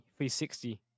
360